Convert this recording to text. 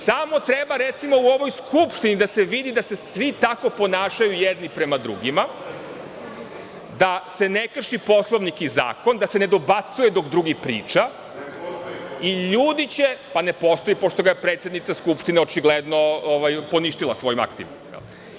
Samo treba u ovoj Skupštini, recimo, da se vidi da se svi tako ponašaju jedni prema drugima, da se ne krši Poslovnik i zakon, da se dobacuje dok drugi govore… (Vojislav Šešelj: Ne postoji.) Ne postoji, pošto ga je predsednica Skupštine poništila svojim aktima.